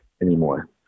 anymore